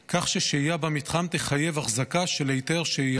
כך ששהייה במתחם תחייב החזקה של היתר שהייה,